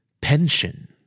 Pension